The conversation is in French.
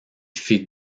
fit